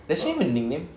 does she have a nickname